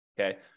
Okay